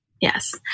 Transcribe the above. Yes